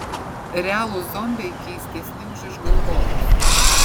realūs zombiai keistesni už išgalvotus